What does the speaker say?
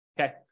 okay